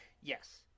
Yes